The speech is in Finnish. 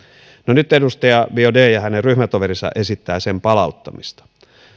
nyt edustaja biaudet ja hänen ryhmätoverinsa esittävät sen palauttamista